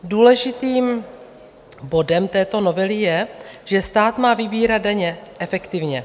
Důležitým bodem této novely je, že stát má vybírat daně efektivně.